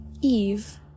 eve